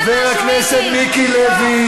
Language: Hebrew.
חבר הכנסת מיקי לוי.